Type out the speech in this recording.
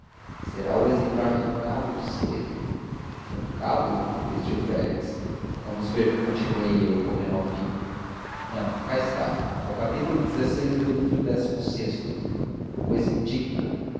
será o exemplar truncado disse eu truncado repetiu félix vamos ver continuei eu correndo ao fim não cá está é o capítulo xvi do livro désse o sto uma cousa indigna